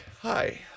Hi